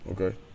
Okay